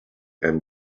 and